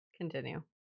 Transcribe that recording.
Continue